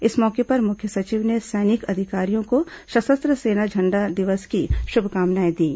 इस मौके पर मुख्य सचिव ने सैनिक अधिकारियों को सशस्त्र सेना झण्डा दिवस की शुभकामनाएं दीं